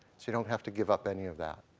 so you don't have to give up any of that.